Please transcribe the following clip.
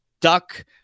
duck